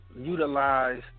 Utilize